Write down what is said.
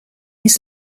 his